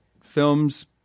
films